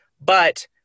but-